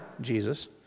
Jesus